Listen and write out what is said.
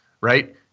right